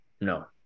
No